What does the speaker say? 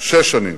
שש שנים.